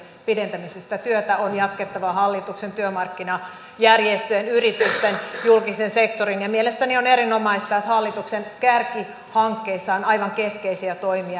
työtä on jatkettava hallituksen työmarkkinajärjestöjen yritysten ja julkisen sektorin ja mielestäni on erinomaista että hallituksen kärkihankkeissa on aivan keskeisiä toimia